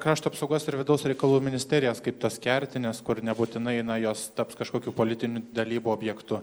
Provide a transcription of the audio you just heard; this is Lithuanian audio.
krašto apsaugos ir vidaus reikalų ministerijas kaip tas kertines kur nebūtinai na jos taps kažkokiu politinių dalybų objektu